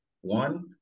one